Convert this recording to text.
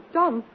done